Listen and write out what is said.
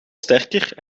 sterker